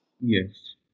Yes